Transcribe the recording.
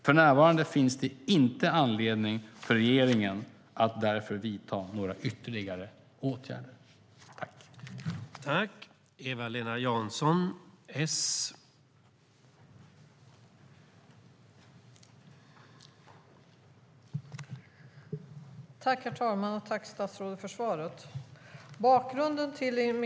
För närvarande finns det därför inte anledning för regeringen att vidta några ytterligare åtgärder.